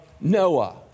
Noah